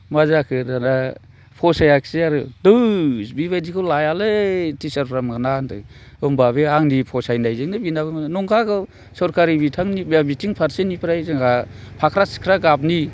मा जाखो दाना फसायाखिसै आरो धुइ बेबायदिखौ लायालै टिसारफ्रा मोना होनदों होनबा बे आंनि फसायनायजोंनो बिनाबो नंखागौ सरखारि बिथिं फारसेनिफ्राय जोंहा फाख्रा सिख्रा गाबनि